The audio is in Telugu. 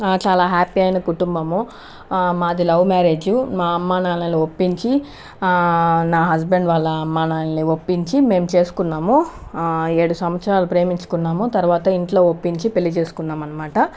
చాలా హ్యాపీ అయిన కుటుంబము మాది లవ్ మ్యారేజ్ మా అమ్మానాన్నలని ఒప్పించి నా హస్బెండ్ వాళ్ళ అమ్మానాన్నలని ఒప్పించి మేము చేసుకున్నాము ఏడు సంవత్సరాలు ప్రేమించుకున్నాము తర్వాత ఇంట్లో ఒప్పించి పెళ్లి చేసుకున్నాము అనమాట